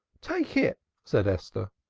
take it! said esther.